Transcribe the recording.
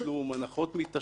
הנחות מתשלום.